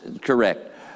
correct